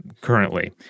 currently